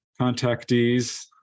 contactees